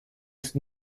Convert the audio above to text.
ist